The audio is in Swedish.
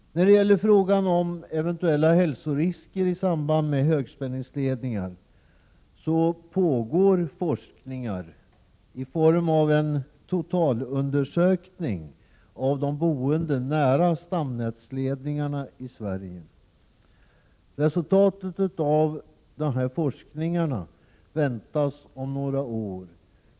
När det gäller frågan om eventuella hälsorisker i samband med högspänningsledningar pågår forskningar i form av en totalundersökning av de boende nära stamnätsledningarna i Sverige. Resultatet av dessa forskningar väntas om några år.